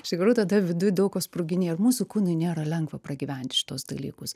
iš tikrųjų tada viduj daug ko sproginėja ir mūsų kūnui nėra lengva pragyventi šituos dalykus